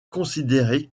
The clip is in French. considérées